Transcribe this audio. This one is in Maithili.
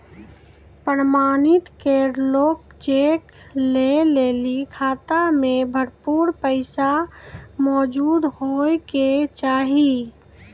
प्रमाणित करलो चेक लै लेली खाता मे भरपूर पैसा मौजूद होय के चाहि